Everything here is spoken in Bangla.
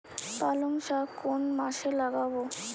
পালংশাক কোন মাসে লাগাব?